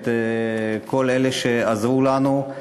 את כל אלה שעזרו לנו.